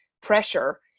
pressure